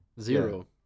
zero